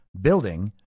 building